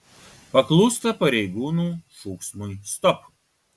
paklūsta pareigūnų šūksmui stop